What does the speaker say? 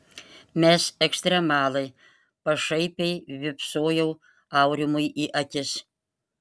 mes ekstremalai pašaipiai vypsojau aurimui į akis